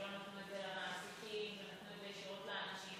שלא נתנו את זה למעסיקים ונתנו את זה ישירות לאנשים.